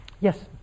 Yes